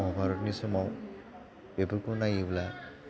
महाभारतनि समाव बेफोरखौ नायोब्ला